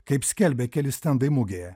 kaip skelbia keli stendai mugėje